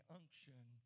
unction